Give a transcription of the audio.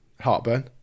Heartburn